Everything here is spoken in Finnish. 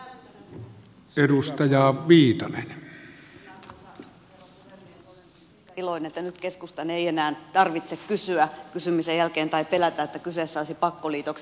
olen siitä iloinen että nyt keskustan ei enää tarvitse kysyä kysymisen jälkeen tai pelätä että kyseessä olisivat pakkoliitokset